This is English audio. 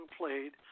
played